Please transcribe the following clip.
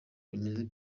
bameze